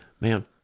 Man